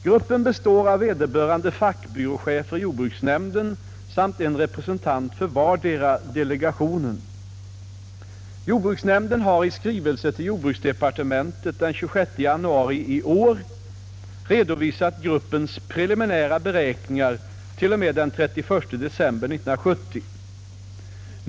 Gruppen består av vederbörande fackbyråchefer i jordbruksnämnden samt en representant för vardera delegationen. Jordbruksnämnden har i skrivelse till jordbruksdepartementet den 26 januari 1971 redovisat gruppens preliminära beräkningar t.o.m. den 31 december 1970.